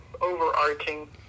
overarching